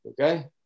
Okay